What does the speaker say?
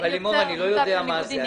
אבל אני לא יודע מה זה.